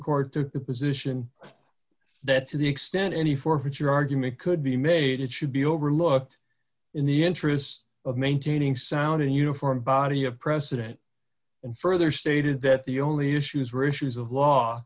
court the position that to the extent any for which your argument could be made it should be overlooked in the interest of maintaining sound and uniform body of precedent and further stated that the only issues